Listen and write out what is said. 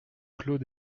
clos